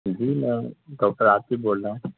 جی میں ڈاکٹر عاطف بول رہا ہوں